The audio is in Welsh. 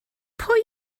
pwy